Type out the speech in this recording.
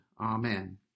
Amen